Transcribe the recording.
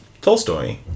Tolstoy